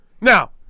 Now